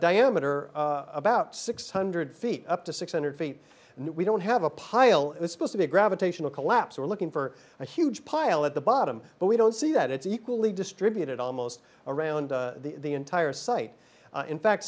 diameter about six hundred feet up to six hundred feet and we don't have a pile is supposed to be a gravitational collapse we're looking for a huge pile at the bottom but we don't see that it's equally distributed almost around the entire site in fact